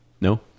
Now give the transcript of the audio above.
No